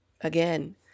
again